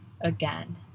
again